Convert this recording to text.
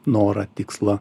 norą tikslą